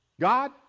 God